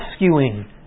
rescuing